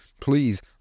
please